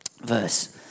verse